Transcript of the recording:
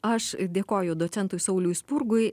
aš dėkoju docentui sauliui spurgui